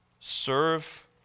Serve